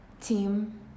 team